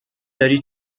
داری